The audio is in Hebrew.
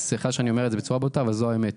סליחה שאני אומר את זה בצורה בוטה, אבל זוהי האמת.